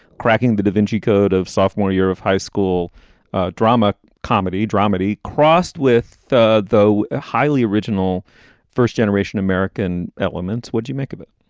cracking the davinci code of sophomore year of high school drama, comedy dramedy, crossed with though highly original first generation american elements. what do you make of it?